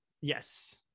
Yes